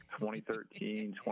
2013